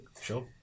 Sure